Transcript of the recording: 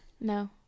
No